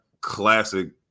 classic